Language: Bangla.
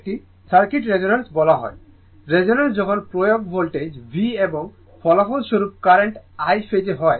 একটি সার্কিট রেজোন্যান্সে বলা হয় রেজোন্যান্সে যখন প্রয়োগ ভোল্টেজ V এবং ফলস্বরূপ কারেন্ট I ফেজে হয়